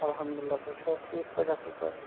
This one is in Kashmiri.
الحمدُاللہ تُہۍ چھِو حظ ٹھیٖک پٲٹھۍ اَصٕل پٲٹھۍ